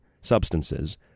substances